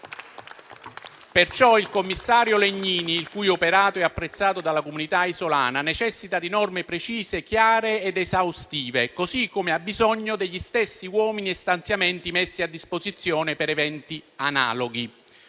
Il commissario Legnini, il cui operato è apprezzato dalla comunità isolana, necessita di norme chiare, precise ed esaustive, così come ha bisogno degli stessi uomini e stanziamenti messi a disposizione per eventi analoghi.